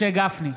משה גפני,